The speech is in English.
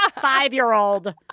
five-year-old